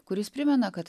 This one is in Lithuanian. kuris primena kad